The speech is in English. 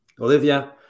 Olivia